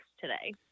today